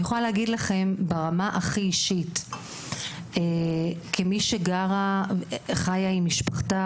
אני יכולה להגיד ברמה הכי אישית כמי שחיה עם משפחתה